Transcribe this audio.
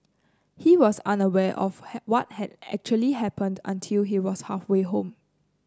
he was under aware of had what had actually happened until he was halfway home